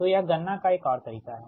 तो यह गणना का एक और तरीका है